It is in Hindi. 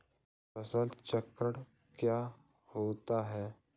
फसल चक्रण क्या होता है?